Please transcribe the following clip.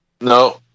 No